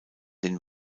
den